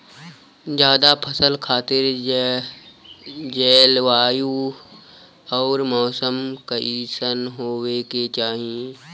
जायद फसल खातिर जलवायु अउर मौसम कइसन होवे के चाही?